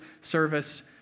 service